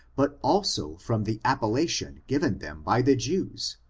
but also from the appellation given them by the jews,